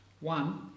One